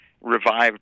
revived